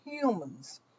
humans